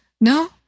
no